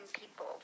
people